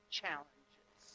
challenges